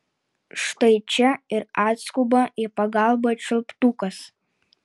štai čia ir atskuba į pagalbą čiulptukas